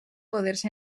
poders